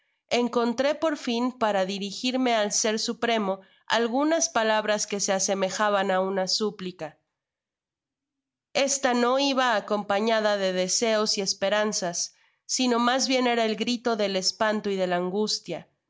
encontró por fin para dirigirme al ser supremo algunas palabras que se asemejaban á una súplica esta tío iba acompañada de deseos y esperanzas sino mas bien ra el grito del espanto y de la angustia